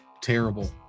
terrible